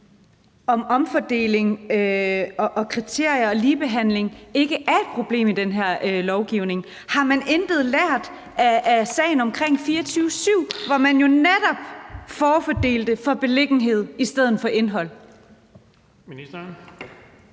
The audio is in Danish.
til omfordeling og kriterier og ligebehandling i den her lovgivning. Har man intet lært af sagen om Radio24syv, hvor man jo netop forfordelte ud fra beliggenhed i stedet for indhold?